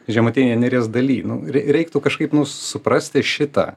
žemutinėj neries daly nu rei reiktų kažkaip suprasti šitą